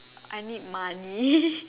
I need money